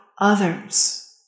others